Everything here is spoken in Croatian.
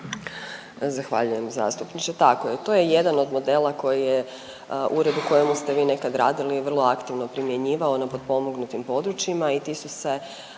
Zahvaljujem zastupniče, tako je to je jedan od modela koji je u uredu u kojemu ste vi nekada radili i vrlo aktivno primjenjivao na potpomognutim područjima i ti su se